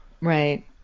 right